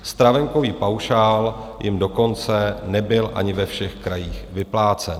Stravenkový paušál jim dokonce nebyl ani ve všech krajích vyplácen.